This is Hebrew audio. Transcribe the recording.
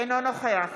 אינו נוכח